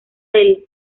del